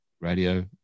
radio